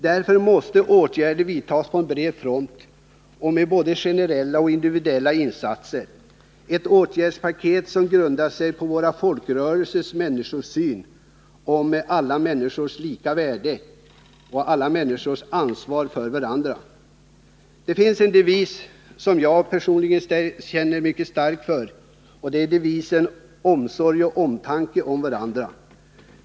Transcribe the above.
Därför måste åtgärder vidtas på bred front och med både generella och individuella insatser — ett åtgärdspaket som grundar sig på våra folkrörelsers människosyn: alla människors lika värde och ansvar för varandra. En devis som jag personligen känner mycket starkt för är: omsorg och omtanke om varandra.